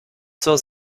zur